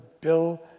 Bill